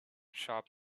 sharp